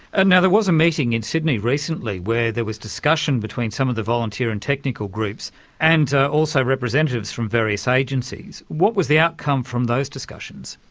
and there was a meeting in sydney recently where there was discussion between some of the volunteer and technical groups and also representatives from various agencies. what was the outcome from those discussions?